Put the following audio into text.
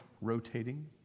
rotating